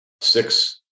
six